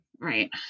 Right